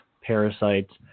parasites